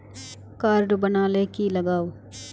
Card बना ले की लगाव?